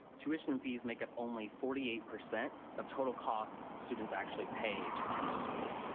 tuition and fees make up only forty eight percent of total costs students actually pay to attend those schools.